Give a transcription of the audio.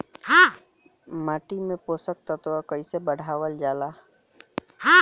माटी में पोषक तत्व कईसे बढ़ावल जाला ह?